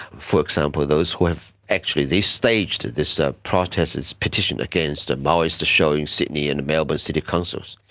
for example, those who have, actually they staged this ah protest, this petition against a maoist show in sydney and in melbourne city councils.